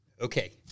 Okay